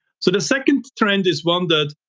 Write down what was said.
so the second trend is one that,